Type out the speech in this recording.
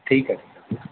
ठीकु आहे ठीकु आहे